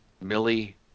Millie